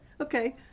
Okay